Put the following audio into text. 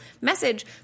message